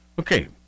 Okay